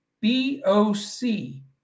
B-O-C